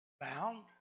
Bound